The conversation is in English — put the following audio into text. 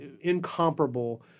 incomparable